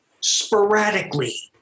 Sporadically